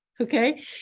okay